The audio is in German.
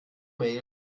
mail